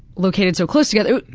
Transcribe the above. located so close together.